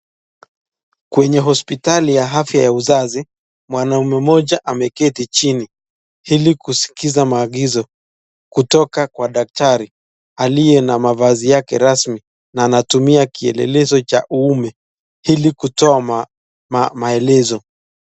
Kwenye hospitali ya afya ya uzazi, mwanaume mmoja ameketi chini, ili kuskiza maagizo, kutoka kwa daktari aliye na mavazi yake rasmi na anatumia kielelezo chake cha uume ili kutoa maelezo.